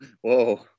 Whoa